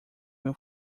meu